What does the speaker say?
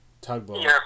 Tugboat